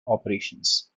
operations